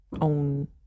own